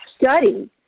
study